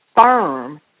firm